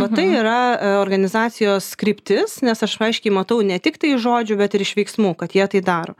kad tai yra organizacijos kryptis nes aš aiškiai matau ne tiktai iš žodžių bet ir iš veiksmų kad jie tai daro